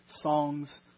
songs